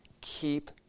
keep